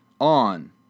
on